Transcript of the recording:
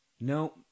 No